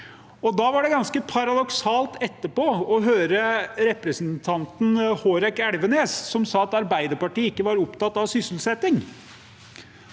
Det var derfor ganske paradoksalt å høre representanten Hårek Elvenes, som sa at Arbeiderpartiet ikke er opptatt av sysselsetting.